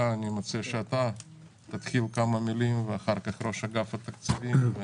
אני מציע שאתה תתחיל בכמה מילים ואחר כך ראש אגף התקציבים.